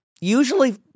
Usually